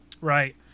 Right